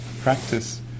practice